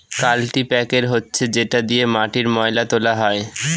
কাল্টিপ্যাকের হচ্ছে যেটা দিয়ে মাটির ময়লা তোলা হয়